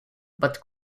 but